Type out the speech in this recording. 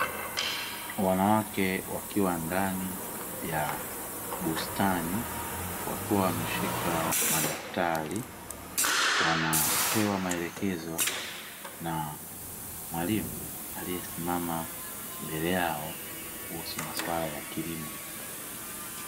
Wanawake wakiwa ndani ya bustani wakiwa wameshika madaftari wanapewa maelekezo na mwalimu aliyesimama mbele yao, kuhusu maswala ya kilimo.